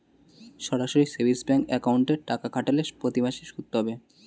সরাসরি savings bank অ্যাকাউন্টে টাকা খাটালে প্রতিমাসে সুদ পাবে